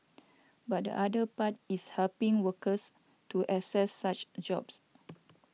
but the other part is helping workers to access such jobs